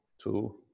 Two